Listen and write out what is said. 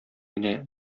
генә